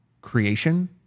creation